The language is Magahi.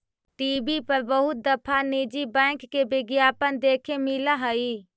टी.वी पर बहुत दफा निजी बैंक के विज्ञापन देखे मिला हई